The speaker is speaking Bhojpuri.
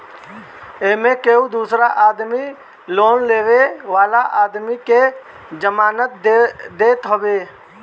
एमे केहू दूसर आदमी लोन लेवे वाला आदमी के जमानत देत हवे